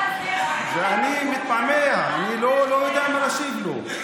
ואני מתמהמה, אני לא יודע מה להשיב לו.